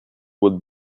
would